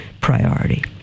priority